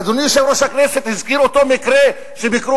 אדוני יושב-ראש הכנסת הזכיר אותו מקרה שביקרו